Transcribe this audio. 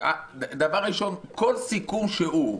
כל סיכום שהוא,